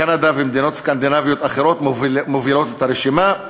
קנדה ומדינות סקנדינביה מובילות את הרשימה.